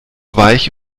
weich